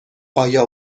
آیا